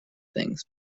things